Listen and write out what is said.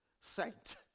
saint